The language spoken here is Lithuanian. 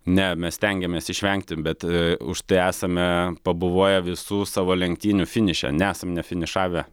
ne mes stengiamės išvengti bet užtai esame pabuvoję visų savo lenktynių finiše nesam nefinišavę